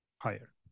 higher